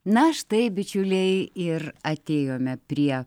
na štai bičiuliai ir atėjome prie